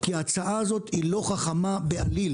כי ההצעה הזאת היא לא חכמה בעליל,